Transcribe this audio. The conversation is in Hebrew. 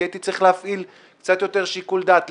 כי הייתי צריך להפעיל קצת יותר שיקול דעת.